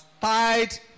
tied